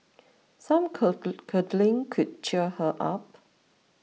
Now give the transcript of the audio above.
some cuddling could cheer her up